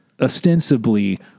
ostensibly